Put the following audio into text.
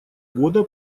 года